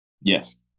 Yes